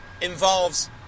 involves